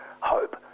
hope